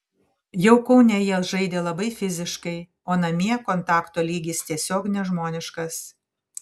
jau kaune jie žaidė labai fiziškai o namie kontakto lygis tiesiog nežmoniškas